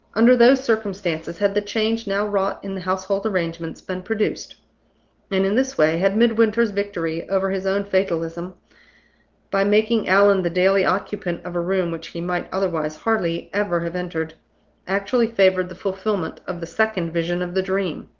under those circumstances had the change now wrought in the household arrangements been produced and in this way had midwinter's victory over his own fatalism by making allan the daily occupant of a room which he might otherwise hardly ever have entered actually favored the fulfillment of the second vision of the dream.